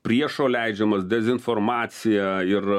priešo leidžiamas dezinformaciją ir